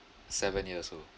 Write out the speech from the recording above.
seven years old